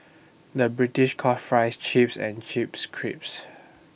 the British call Fries Chips and Chips Crisps